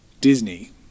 Disney